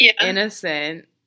innocent